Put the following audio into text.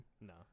No